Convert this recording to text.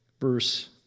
verse